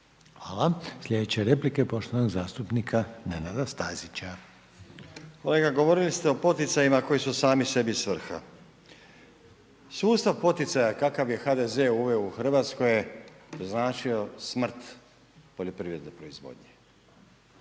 Hvala. Sljedeća replika je poštovanog zastupnika Nenada Stazića.